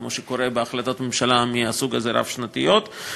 כמו שקורה בהחלטות ממשלה רב-שנתיות מהסוג הזה.